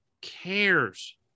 cares